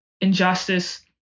injustice